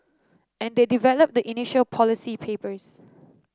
and they develop the initial policy papers